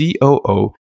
COO